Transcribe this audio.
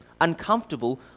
uncomfortable